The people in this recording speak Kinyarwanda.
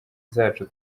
zacu